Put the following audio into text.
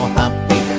happy